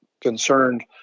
concerned